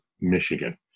Michigan